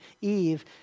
Eve